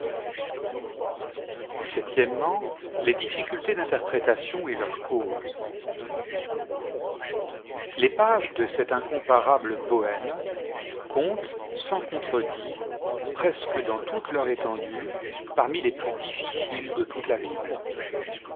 les difficultés d'interprétation et leurs causes les pages de cet incomparable poème comptent sans contredit presque dans toute leur étendue parmi les plus difficiles de toute la bible